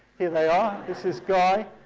here they are. this is guy,